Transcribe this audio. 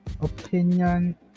opinion